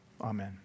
Amen